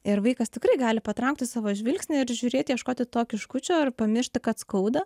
ir vaikas tikrai gali patraukti savo žvilgsnį ir žiūrėti ieškoti to kiškučio ar pamiršti kad skauda